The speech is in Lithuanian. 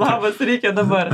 labas reikia dabar